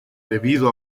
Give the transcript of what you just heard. debido